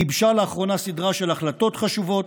גיבשה לאחרונה סדרה של החלטות חשובות